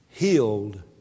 Healed